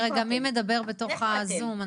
מי מדבר בתוך הזום?